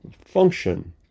function